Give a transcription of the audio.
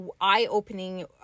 eye-opening